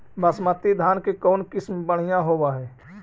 बासमती धान के कौन किसम बँढ़िया होब है?